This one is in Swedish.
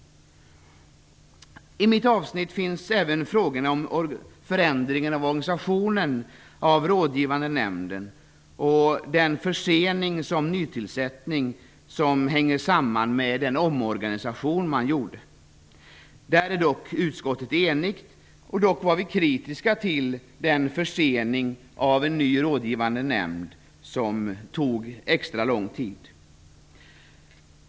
I mitt avsnitt finns även frågorna om förändringen av rådgivande nämndens organisation och den försening i nytillsättningen som därmed uppstod. Där är utskottet enigt, och dock var vi kritiska till att den nya rådgivande nämnden blev så försenad.